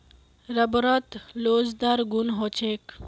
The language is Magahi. रबरत लोचदार गुण ह छेक